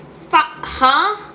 fuck !huh!